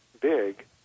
big